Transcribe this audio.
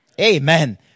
Amen